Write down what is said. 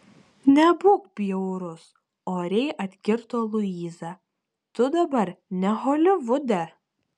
nebūk bjaurus oriai atkirto luiza tu dabar ne holivude